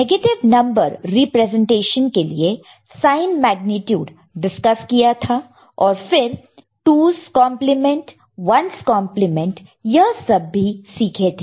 negative number representation के लिए sign magnitude discuss किया था और फिर 2's complement 2's complement 1's complement 1's complement यह सब भी सीखे थे